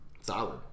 Solid